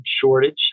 shortage